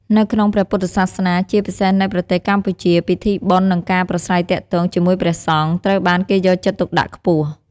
នៅក្នុងព្រះពុទ្ធសាសនា ជាពិសេសនៅប្រទេសកម្ពុជា ពិធីបុណ្យ និងការប្រាស្រ័យទាក់ទងជាមួយព្រះសង្ឃ ត្រូវបានគេយកចិត្តទុកដាក់ខ្ពស់។